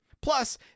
Plus